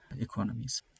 economies